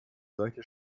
seichte